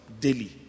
daily